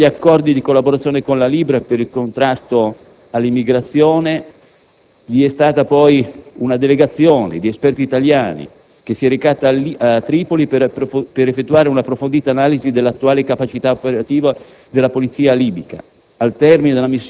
In attuazione degli accordi di collaborazione con la Libia per il contrasto all'immigrazione vi è stata poi una delegazione di esperti italiani che si è recata a Tripoli per effettuare un'approfondita analisi dell'attuale capacità operativa della polizia libica.